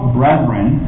brethren